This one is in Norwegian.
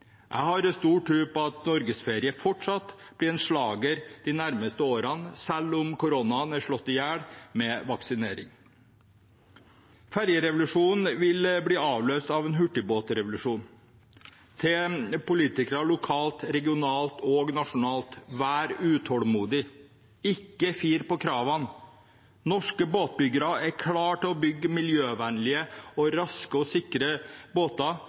Jeg har stor tro på at norgesferie fortsatt blir en slager de nærmeste årene, selv om koronaen er slått i hjel med vaksinering. Fergerevolusjonen vil bli avløst av en hurtigbåtrevolusjon. Jeg vil si til politikere lokalt, regionalt og nasjonalt: Vær utålmodige. Ikke fir på kravene. Norske båtbyggere er klare til å bygge miljøvennlige, raske og sikre båter,